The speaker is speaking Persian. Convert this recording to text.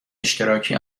اشتراکی